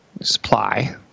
supply